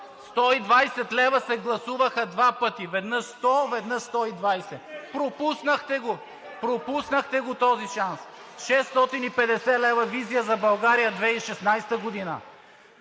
120 лв. се гласуваха два пъти – веднъж 100, веднъж 120. Пропуснахте го, пропуснахте го този шанс! 650 лв. – „Визия за България 2016 г.“!